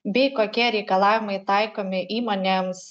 bei kokie reikalavimai taikomi įmonėms